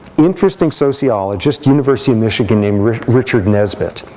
interesting sociologist, university of michigan, named richard nesbett.